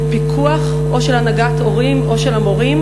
פיקוח או של הנהגת הורים או של המורים?